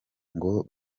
ngo